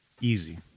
easy